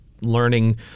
learning